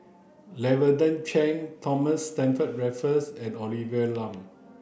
Lavender Chang Thomas Stamford Raffles and Olivia Lum